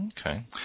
Okay